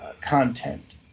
content